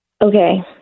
Okay